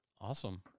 Awesome